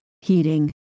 heating